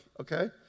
Okay